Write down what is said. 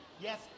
yes